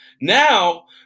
Now